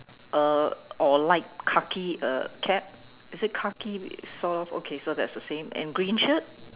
uh or light khaki uh cap is it khaki with soft okay so that's the same and green shirt